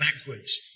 backwards